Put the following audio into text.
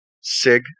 SIG